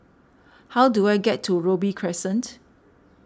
how do I get to Robey Crescent